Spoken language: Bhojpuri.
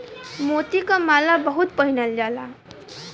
मोती क माला बहुत पहिनल जाला